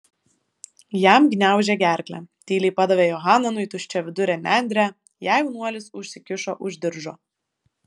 jam gniaužė gerklę tyliai padavė johananui tuščiavidurę nendrę ją jaunuolis užsikišo už diržo